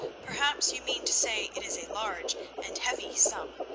perhaps you mean to say it is a large and heavy sum.